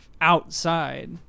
outside